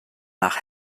nach